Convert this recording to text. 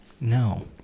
No